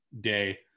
day